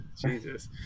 jesus